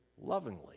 lovingly